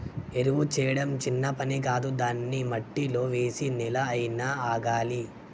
ఎరువు చేయడం చిన్న పని కాదు దాన్ని మట్టిలో వేసి నెల అయినా ఆగాలి